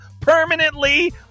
permanently